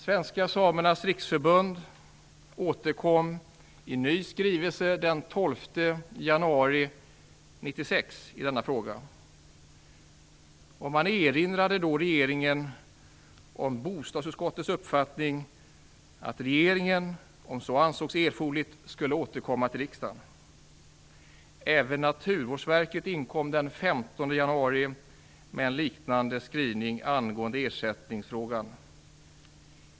Svenska samernas riksförbund återkom i denna fråga med en ny skrivelse den 12 januari 1996. Man erinrade då regeringen om bostadsutskottets uppfattning - att regeringen, om så ansågs erforderligt, skulle återkomma till riksdagen. Även Naturvårdsverket inkom den 15 januari med en liknande skrivning i ersättningsfrågan.